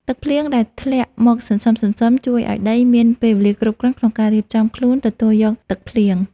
ទឹកភ្លៀងដែលធ្លាក់មកសន្សឹមៗជួយឱ្យដីមានពេលវេលាគ្រប់គ្រាន់ក្នុងការរៀបចំខ្លួនទទួលយកទឹកភ្លៀង។